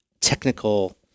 technical